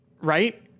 Right